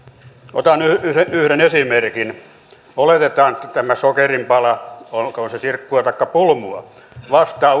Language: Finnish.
otan yhden yhden esimerkin oletetaan että sokeripala olkoon se sirkkua taikka pulmua vastaa